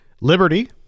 Liberty